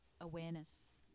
awareness